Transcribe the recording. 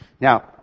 Now